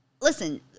Listen